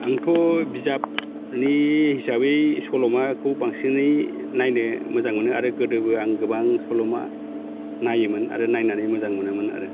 आंथ' बिजाबनि हिसाबै सल'माखौ बांसिनै नायनो मोजां मोनो आरो गोदोबो आं गोबां सल'मा नायोमोन आरो नायनानै मोजां मोनो आरो